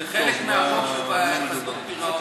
זה חלק מהחוק של חדלות פירעון.